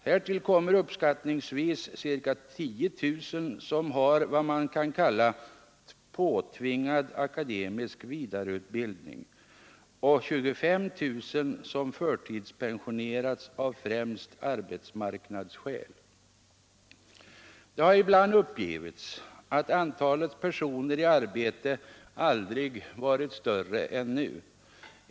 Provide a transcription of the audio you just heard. Härtill kommer uppskattningsvis ca 10000 som har vad man kan kalla ”påtvingad” akademisk vidareutbildning och 25 000 som förtidspensionerats av främst arbetsmarknadsskäl. Det har ibland uppgivits att antalet personer i arbete aldrig varit större än nu.